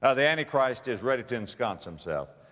ah the antichrist is ready to ensconce himself.